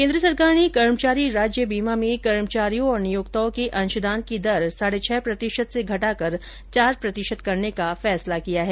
केन्द्र सरकार ने कर्मचारी राज्य बीमा में कर्मचारियों और नियोक्ताओं के अंशदान की दर साढ़े छह प्रतिशत से घटाकर चार प्रतिशत करने का निर्णय किया है